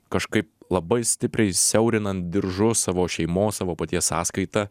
kažkaip labai stipriai siaurinant diržus savo šeimos savo paties sąskaita